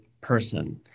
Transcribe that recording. person